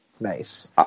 Nice